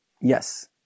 Yes